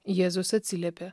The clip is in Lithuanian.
jėzus atsiliepė